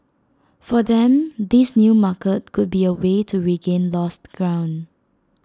for them this new market could be A way to regain lost ground